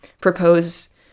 propose